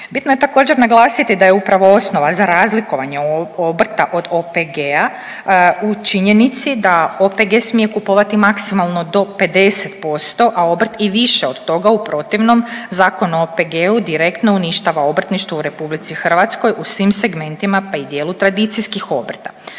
Bitno je također naglasiti da je upravo osnova za razlikovanje obrta od OPG-a u činjenici da OPG smije kupovati maksimalno do 50%, a obrt i više od toga u protivnom Zakon o OPG-u direktno uništava obrtništvo u RH u svim segmentima pa i dijelu tradicijskih obrta.